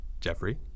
Jeffrey